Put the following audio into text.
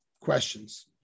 questions